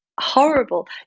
horrible